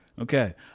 Okay